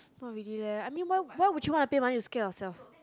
not really leh I mean why why would you want to pay money to scare yourself